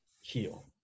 heal